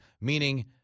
Meaning